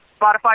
Spotify